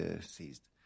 seized